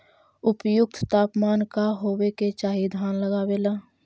उपयुक्त तापमान का होबे के चाही धान लगावे ला?